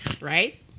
Right